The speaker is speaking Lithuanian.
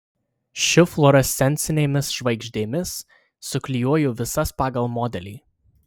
šiu fluorescencinėmis žvaigždėmis suklijuoju visas pagal modelį